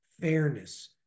Fairness